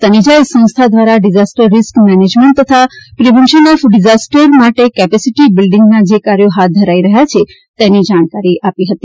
તનેજાએ સંસ્થા દ્વારા disaster risk management તથા પ્રિવેન્શન ઓફ ડિઝાસ્ટર્સ માટે કેપેસીટી બિલ્ડીંગના જે કાર્યો હાથ ધરાઈ રહ્યા છે તેની જાણકારી આપી હતી